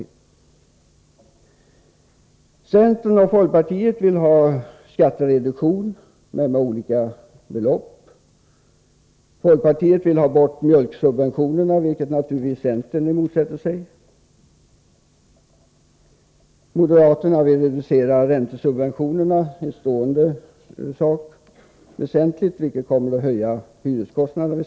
Centern och folkpartiet vill ha skattereduktion men med olika stora belopp. Folkpartiet vill avskaffa mjölksubventionerna, vilket centern naturligtvis motsätter sig. Ett stående inslag är att moderaterna vill reducera räntesubventionerna väsentligt, vilket kommer att medföra kraftiga hyreskostnadshöjningar.